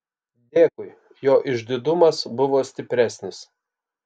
dėkui jo išdidumas buvo stipresnis